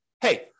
hey